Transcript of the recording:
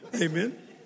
Amen